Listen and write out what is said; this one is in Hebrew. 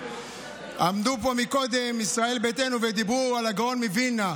עמדו פה מקודם ישראל ביתנו ודיברו על הגאון מווילנה.